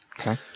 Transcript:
Okay